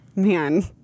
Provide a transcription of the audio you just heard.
Man